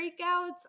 breakouts